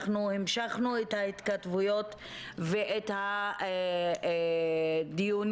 אנחנו המשכנו את ההתכתבויות ואת הדיונים.